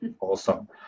Awesome